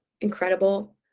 incredible